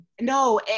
No